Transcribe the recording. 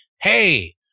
hey